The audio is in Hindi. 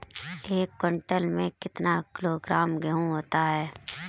एक क्विंटल में कितना किलोग्राम गेहूँ होता है?